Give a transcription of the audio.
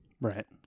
Right